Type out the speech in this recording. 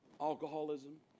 alcoholism